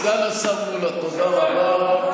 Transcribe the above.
סגן השר מולא, תודה רבה.